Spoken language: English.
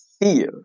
fear